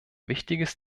wichtiges